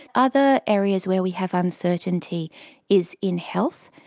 other areas where we have uncertainty is in health,